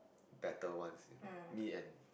better ones me and